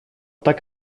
так